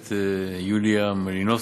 חברת הכנסת יוליה מלינובסקי,